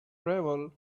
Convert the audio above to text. travel